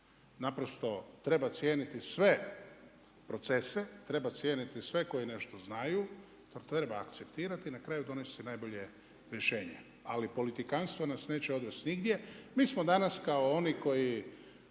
Naprosto treba cijeniti sve procese, treba cijeniti sve koji nešto znaju, to treba akceptirati i na kraju donesti najbolje rješenje. Ali politikantstvo nas neće odvest nigdje. Mi smo danas kao oni koji